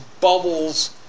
bubbles